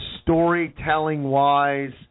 storytelling-wise